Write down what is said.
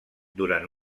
durant